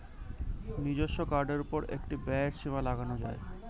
নিজস্ব কার্ডের উপর একটি ব্যয়ের সীমা লাগানো যায়